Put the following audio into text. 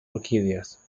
orquídeas